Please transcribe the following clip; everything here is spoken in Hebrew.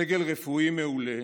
סגל רפואי מעולה